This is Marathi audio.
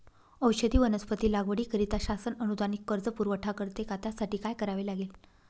औषधी वनस्पती लागवडीकरिता शासन अनुदानित कर्ज पुरवठा करते का? त्यासाठी काय करावे लागेल?